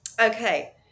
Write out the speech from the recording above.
Okay